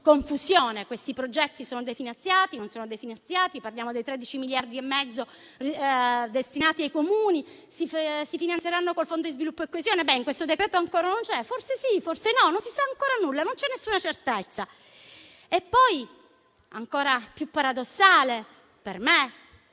confusione: questi progetti sono definanziati o non sono definanziati, parliamo dei tredici miliardi e mezzo destinati ai Comuni, si finanzieranno col Fondo di sviluppo e coesione. In questo decreto ancora non c'è, forse sì, forse no, non si sa ancora nulla. Non c'è alcuna certezza. E poi è ancora più paradossale per me